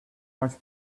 much